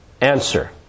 answer